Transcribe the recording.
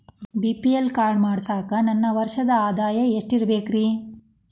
BPL card ಮಾಡ್ಸಾಕ ನನ್ನ ವರ್ಷದ್ ಆದಾಯ ಎಷ್ಟ ಇರಬೇಕ್ರಿ?